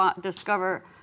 discover